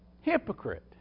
Hypocrite